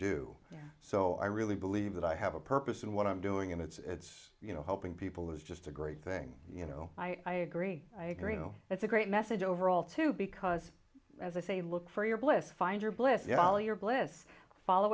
do so i really believe that i have a purpose in what i'm doing and it's you know helping people is just a great thing you know i agree i agree no it's a great message overall too because as i say look for your bliss find your bliss ya'll your bliss follow